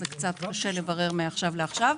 זה קצת קשה לברר מעכשיו לעכשיו.